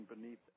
beneath